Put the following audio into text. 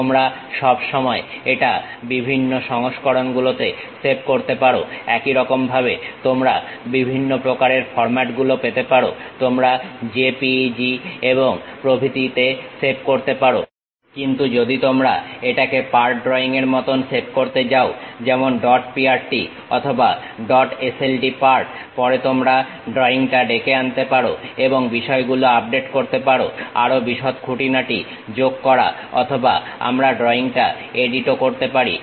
তোমরা সবসময় এটা বিভিন্ন সংস্করণ গুলোতে সেভ করতে পারো একইরকমভাবে তোমরা বিভিন্ন প্রকারের ফর্মাটগুলো পেতে পারো তোমরা JPEG এবং প্রভৃতিতে সেভ করতে পারো কিন্তু যদি তোমরা এটাকে পার্ট ড্রইং এর মতন সেভ করতে যাও যেমন ডট পিআরটি অথবা dot S L D part পরে তোমরা ড্রয়িংটা ডেকে আনতে পারো এবং বিষয়গুলো আপডেট করতে পারো আরো বিশদ খুঁটিনাটি যোগ করা অথবা আমরা ড্রইংটা এডিট ও করতে পারি